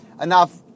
enough